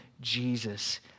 Jesus